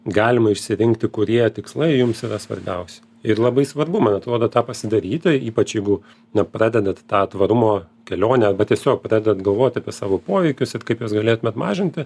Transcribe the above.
galima išsirinkti kurie tikslai jums yra svarbiausi ir labai svarbu man atrodo tą pasidaryti ypač jeigu na pradedat tą tvarumo kelionę arba tiesiog pradedat galvot apie savo poveikius ir kaip juos galėtumėt mažinti